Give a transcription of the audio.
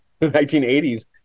1980s